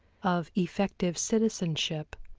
of effective citizenship,